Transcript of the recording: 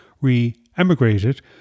re-emigrated